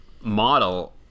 model